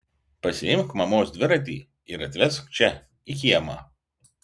pasiimk mamos dviratį ir atvesk čia į kiemą